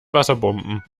wasserbomben